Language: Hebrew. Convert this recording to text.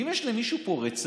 אם יש למישהו פה רצפט,